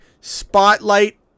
spotlight